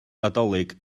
nadolig